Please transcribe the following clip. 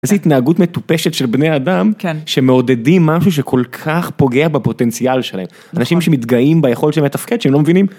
איזה התנהגות מטופשת של בני אדם שמעודדים משהו שכל כך פוגע בפוטנציאל שלהם אנשים שמתגאים ביכולת שלהם לתפקד שהם לא מבינים